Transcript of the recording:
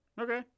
Okay